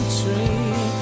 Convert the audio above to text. tree